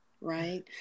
right